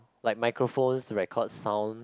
like microphone record sound